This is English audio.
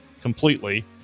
completely